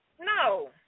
No